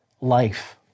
life